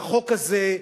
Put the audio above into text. והחוק הזה,